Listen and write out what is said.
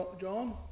john